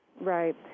Right